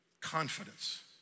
confidence